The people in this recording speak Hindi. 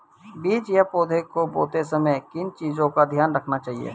बीज या पौधे को बोते समय किन चीज़ों का ध्यान रखना चाहिए?